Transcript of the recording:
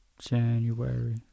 January